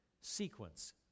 sequence